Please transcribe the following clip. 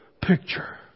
picture